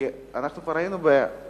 כי אנחנו כבר היינו בדיון.